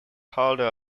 holder